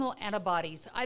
antibodies